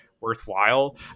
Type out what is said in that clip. worthwhile